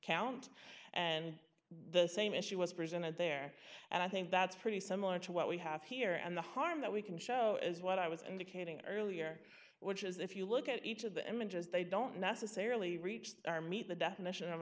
account and the same issue was presented there and i think that's pretty similar to what we have here and the harm that we can show is what i was indicating earlier which is if you look at each of the images they don't necessarily reached our meet the definition of